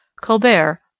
Colbert